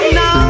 no